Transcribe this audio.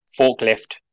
forklift